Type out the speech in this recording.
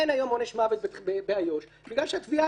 אין היום עונש מוות באיו"ש בגלל שהתביעה